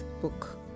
book